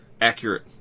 accurate